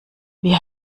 wir